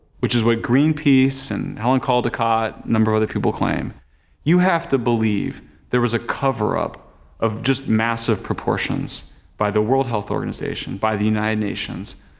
which is what greenpeace and helen caldicott, a number of other people claim you have to believe there was a cover-up of just massive proportions by the world health organization, by the united nations,